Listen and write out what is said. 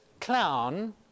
clown